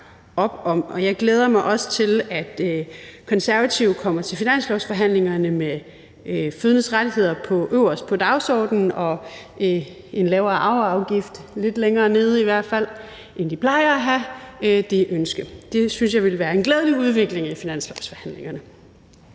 Jeg glæder mig også til, at Konservative kommer til finanslovsforhandlingerne med fødendes rettigheder øverst på dagsordenen og en lavere arveafgift lidt længere nede, i hvert fald end de plejer at have det ønske. Det synes jeg ville være en glædelig udvikling i finanslovsforhandlingerne.